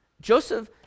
Joseph